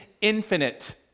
infinite